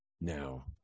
Now